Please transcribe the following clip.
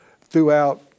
throughout